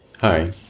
Hi